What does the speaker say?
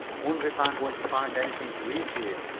wonder if i'm going to find anything to eat here,